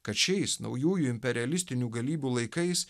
kad šiais naujųjų imperialistinių galybių laikais